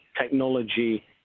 technology